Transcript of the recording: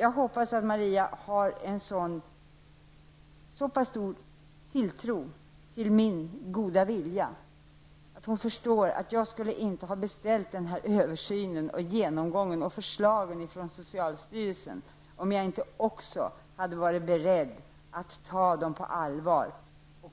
Jag hoppas att Maria Leissner har en så pass stor tilltro till min goda vilja att hon förstår att jag inte skulle ha beställt denna översyn och genomgång och dessa förslag från socialstyrelsen om jag inte också hade varit beredd att ta dem på allvar